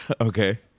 okay